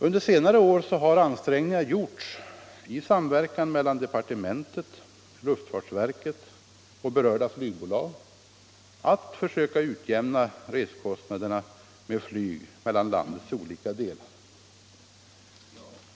Under senare år har i samverkan mellan departementet, luftfartsverket och berörda flygbolag ansträngningar gjorts att försöka utjämna kostnaderna för resor med flyg mellan landets olika delar.